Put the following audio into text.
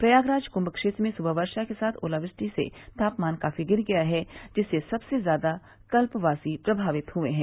प्रयागराज कुंभ क्षेत्र में सुबह वर्षा के साथ ओलावृष्टि से तापमान काफी गिर गया जिससे सबसे ज्यादा कल्पवासी प्रभावित हुए है